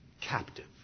captive